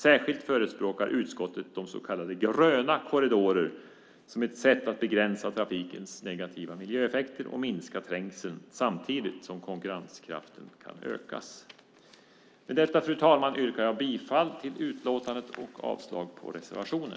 Särskilt förespråkar utskottet så kallade gröna korridorer som ett sätt att begränsa trafikens negativa miljöeffekter och minska trängseln samtidigt som konkurrenskraften kan öka. Med detta, fru talman, yrkar jag bifall till utskottets förslag och avslag på reservationen.